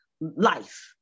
life